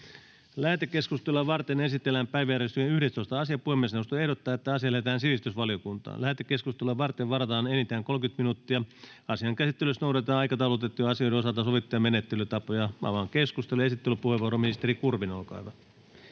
Lähetekeskustelua varten esitellään päiväjärjestyksen 20. asia. Puhemiesneuvosto ehdottaa, että asia lähetetään lakivaliokuntaan. Lähetekeskusteluun varataan enintään 30 minuuttia. Asian käsittelyssä noudatetaan aikataulutettujen asioiden osalta sovittuja menettelytapoja. Keskustelu. — Asian esittely, edustaja Tynkkynen, olkaa